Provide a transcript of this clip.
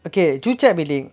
okay building